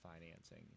financing